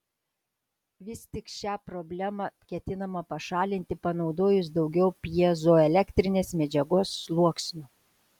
vis tik šią problemą ketinama pašalinti panaudojus daugiau pjezoelektrinės medžiagos sluoksnių